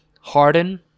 harden